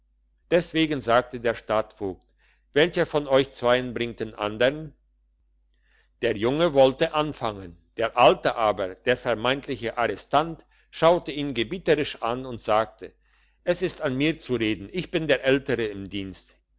deswegen sagte der stadtvogt welcher von euch zweien bringt den andern der junge wollte anfangen der alte aber der vermeintliche arrestant schaute ihn gebieterisch an und sagte es ist an mir zu reden ich bin älter im dienst